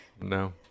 No